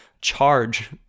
charge